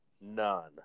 None